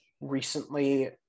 Recently